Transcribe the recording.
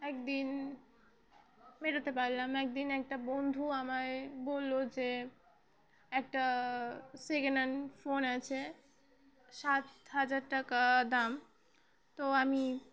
একদিন মেটাোতে পারলাম একদিন একটা বন্ধু আমায় বললো যে একটা সেকেন্ড হ্যান্ড ফোন আছে সাত হাজার টাকা দাম তো আমি